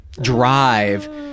drive